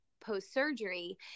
post-surgery